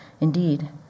Indeed